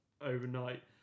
overnight